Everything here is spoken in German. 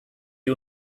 die